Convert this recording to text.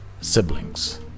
siblings